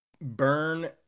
burn